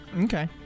okay